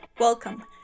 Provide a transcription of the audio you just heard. Welcome